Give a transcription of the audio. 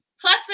plus